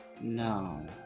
no